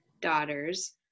daughters